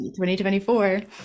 2024